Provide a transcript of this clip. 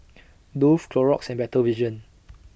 Dove Clorox and Better Vision